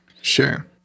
Sure